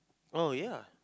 oh ya